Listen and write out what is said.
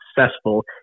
successful